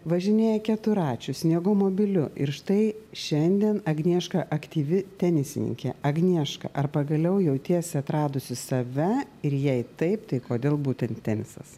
važinėja keturračiu sniegomobiliu ir štai šiandien agnieška aktyvi tenisininkė agnieška ar pagaliau jautiesi atradusi save ir jei taip tai kodėl būtent tenisas